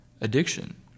addiction